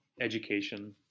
education